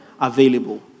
available